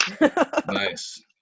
Nice